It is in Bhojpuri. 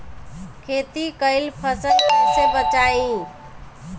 खेती कईल फसल कैसे बचाई?